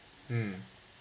mm